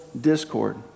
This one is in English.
discord